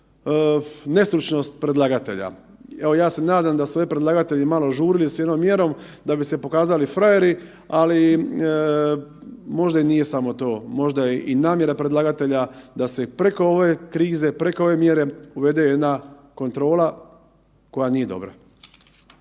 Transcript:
nestručnost predlagatelja. Evo ja se nadam da su ovdje predlagatelji malo žurili s jednom mjerom da bi se pokazali frajeri, ali možda i nije samo to, možda je i namjera predlagatelja da se preko ove krize, preko ove mjere uvede jedna kontrola koja nije dobra.